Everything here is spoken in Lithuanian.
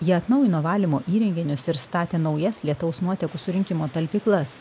jie atnaujino valymo įrenginius ir statė naujas lietaus nuotekų surinkimo talpyklas